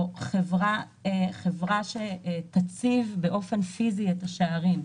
או עם חברה שתציב באופן פיזי את השערים.